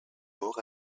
morts